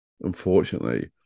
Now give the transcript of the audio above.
Unfortunately